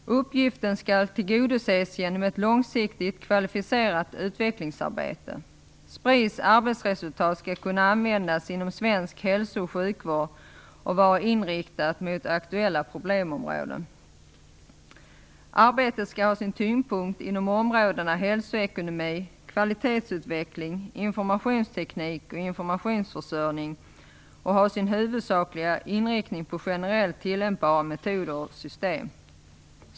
Uppgiften skall tillgodoses genom ett långsiktigt kvalificerat utvecklingsarbete. Spris arbetsresultat skall kunna användas inom svensk hälso och sjukvård och vara inriktat mot aktuella problemområden. Arbetet skall ha sin tyngdpunkt inom områdena hälsoekonomi, kvalitetsutveckling, informationsteknik och informationsförsörjning och ha sin huvudsakliga inriktning på generellt tillämpbara metoder och system.